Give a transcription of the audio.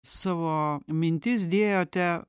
savo mintis dėjote